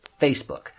facebook